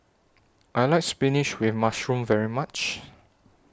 I like Spinach with Mushroom very much